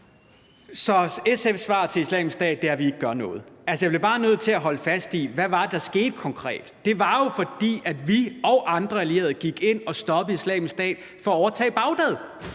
Så SF's svar på Islamisk Stat er, at vi ikke gør noget. Altså, jeg bliver bare nødt til at holde fast i, hvad det var, der skete konkret. Det var jo, fordi vi og andre allierede gik ind og stoppede Islamisk Stat fra at overtage Bagdad.